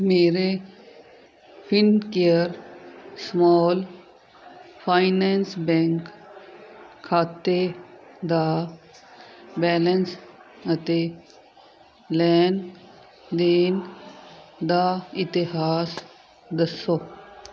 ਮੇਰੇ Fincare small finance bank ਖਾਤੇ ਦਾ ਬੈਲੰਸ ਅਤੇ ਲੈਣ ਦੇਣ ਦਾ ਇਤਿਹਾਸ ਦੱਸੋ